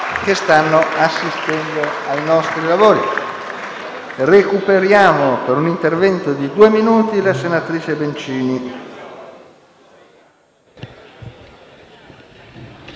che stanno assistendo ai nostri lavori.